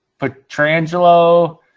Petrangelo –